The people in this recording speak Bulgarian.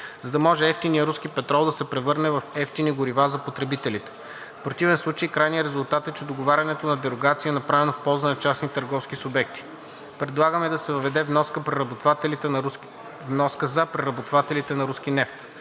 за да може евтиният руски петрол да се превърне в евтини горива за потребителите. В противен случай крайният резултат е, че договарянето на дерогация е направено в полза на частни търговски субекти. Предлагаме да се въведе вноска за преработвателите на руски нефт.